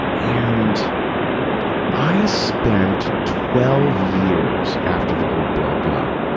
and i spent twelve years after the group broke up